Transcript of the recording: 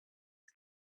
cup